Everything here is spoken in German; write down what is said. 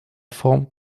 form